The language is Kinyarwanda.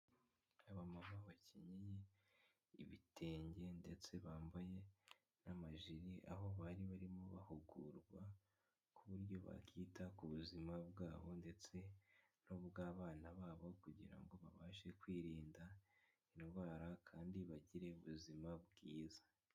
Abamama bakenyeye ibitenge ndetse bambaye n'amajiri, aho bari barimo bahugurwa ku buryo bakita ku buzima bwabo ndetse n'ubw'abana babo, kugira ngo babashe kwirinda indwara kandi bagire ubuzima bwiza.